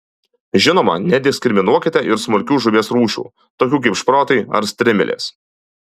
žinoma nediskriminuokite ir smulkių žuvies rūšių tokių kaip šprotai ar strimelės